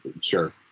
sure